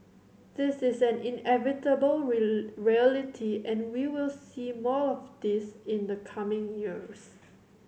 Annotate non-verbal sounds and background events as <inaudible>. this is an inevitable <unintelligible> reality and we will see more of this in the coming years